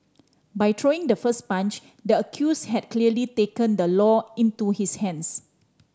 by throwing the first punch the accused had clearly taken the law into his hands